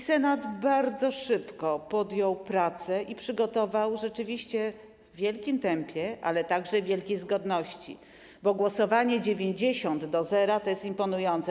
Senat bardzo szybko podjął prace i przygotował to rzeczywiście w wielkim tempie, ale także w wielkiej zgodności, bo głosowanie 90 do 0 jest imponujące.